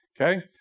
okay